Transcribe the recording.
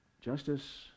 Justice